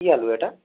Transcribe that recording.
কী আলু এটা